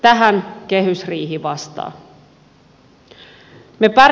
tähän kehysriihi vastaa